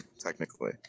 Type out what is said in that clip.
technically